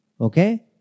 okay